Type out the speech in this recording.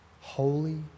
holy